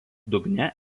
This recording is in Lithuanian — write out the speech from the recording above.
dugne